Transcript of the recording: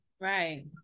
right